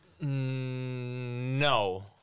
No